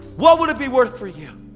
what would it be worth for you?